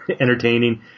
entertaining